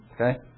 Okay